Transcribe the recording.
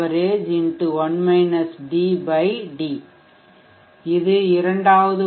எனவே இது இரண்டாவது உறவு